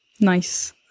Nice